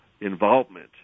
involvement